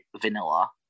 vanilla